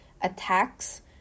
attacks